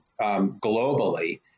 globally